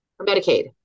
Medicaid